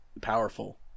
powerful